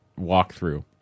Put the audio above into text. walkthrough